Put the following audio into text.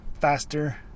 faster